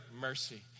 mercy